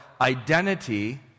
identity